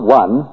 one